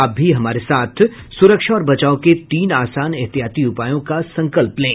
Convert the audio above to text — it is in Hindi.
आप भी हमारे साथ सुरक्षा और बचाव के तीन आसान एहतियाती उपायों का संकल्प लें